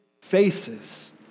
faces